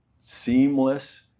seamless